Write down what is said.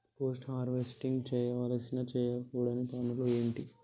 Post harvesting చేయవలసిన చేయకూడని పనులు ఏంటి?